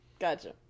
gotcha